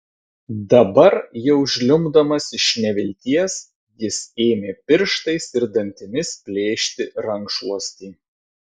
dabar jau žliumbdamas iš nevilties jis ėmė pirštais ir dantimis plėšti rankšluostį